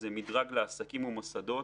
זה מדרג לעסקים ומוסדות,